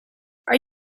are